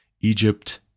Egypt